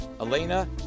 Elena